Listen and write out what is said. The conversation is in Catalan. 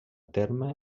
terme